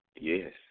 Yes